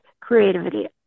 creativity